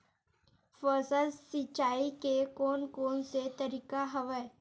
फसल सिंचाई के कोन कोन से तरीका हवय?